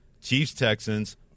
Chiefs-Texans